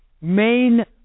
main